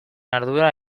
ardura